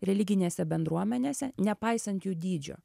religinėse bendruomenėse nepaisant jų dydžio